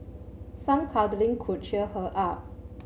some cuddling could cheer her up